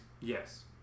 Yes